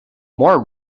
more